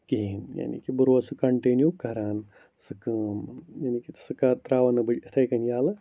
کِہیٖنۍ یعنی کہِ بہٕ روزٕ سُہ کَنٹِنیوٗ کَران سُہ کٲم یعنی کہِ سُہ کَرٕ ترٛاو نہٕ بہٕ یِتھَے کٔنۍ یَلہٕ